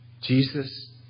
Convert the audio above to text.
Jesus